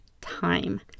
time